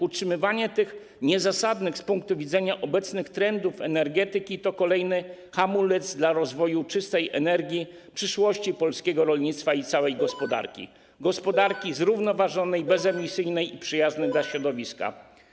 Utrzymywanie tych niezasadnych z punktu widzenia obecnych trendów energetyki rozwiązań to kolejny hamulec dla rozwoju czystej energii w przyszłości polskiego rolnictwa i całej gospodarki, gospodarki zrównoważonej, bezemisyjnej i przyjaznej dla środowiska.